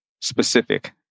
specific